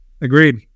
Agreed